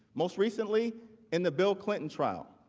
most recently in the bill clinton trial.